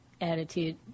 attitude